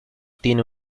tiene